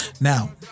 Now